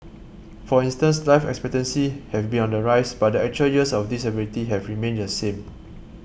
for instance life expectancy have been on the rise but the actual years of disability have remained the same